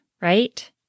right